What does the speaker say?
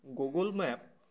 Google map